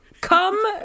come